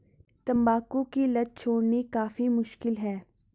तंबाकू की लत छोड़नी काफी मुश्किल है